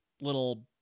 little